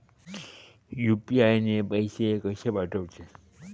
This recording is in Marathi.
यू.पी.आय ने पैशे कशे पाठवूचे?